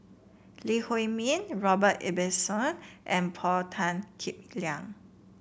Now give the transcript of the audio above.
Lee Huei Min Robert Ibbetson and Paul Tan Kim Liang